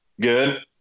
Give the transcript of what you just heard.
Good